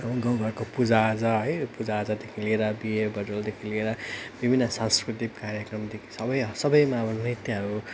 गाउँघरको पूजाआजा है पूजाआजादेखि लिएर बिहेबटुलदेखि लिएर विभिन्न संस्कृतिक कार्यक्रमदेखि सबै सबैमा अब नृत्यहरू